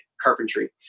carpentry